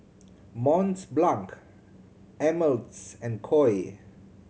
Mont Blanc Ameltz and Koi